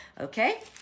Okay